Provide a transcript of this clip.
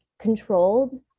controlled